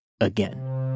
again